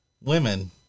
women